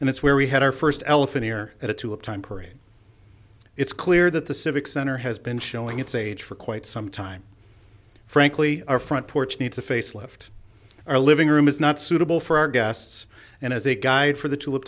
it's where we had our first elephant here at a two of time parade it's clear that the civic center has been showing its age for quite some time frankly our front porch needs a facelift our living room is not suitable for our guests and as a guide for the two